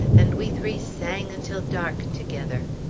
and we three sang until dark together.